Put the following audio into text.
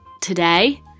today